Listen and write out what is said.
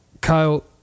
Kyle